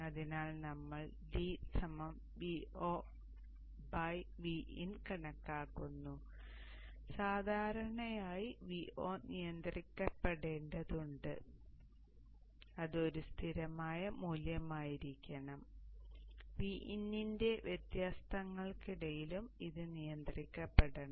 അതിനാൽ ഞങ്ങൾ d Vo Vin കണക്കാക്കുന്നു സാധാരണയായി Vo നിയന്ത്രിക്കപ്പെടേണ്ടതുണ്ടെന്ന് നിങ്ങൾ കാണും അത് ഒരു സ്ഥിരമായ മൂല്യമായിരിക്കണം Vin ന്റെ വ്യത്യാസങ്ങൾക്കിടയിലും ഇത് നിയന്ത്രിക്കപ്പെടണം